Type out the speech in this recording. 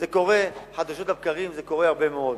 זה קורה חדשות לבקרים, זה קורה הרבה מאוד.